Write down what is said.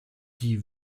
die